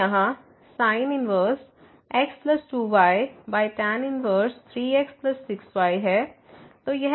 तो यहाँ sin 1 x 2 y tan 1 3x 6 y है